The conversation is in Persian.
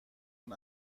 اون